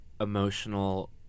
emotional